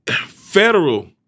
Federal